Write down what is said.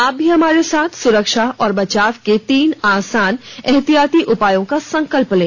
आप भी हमारे साथ सुरक्षा और बचाव के तीन आसान एहतियाती उपायों का संकल्प लें